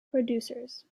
producers